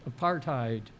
apartheid